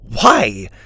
Why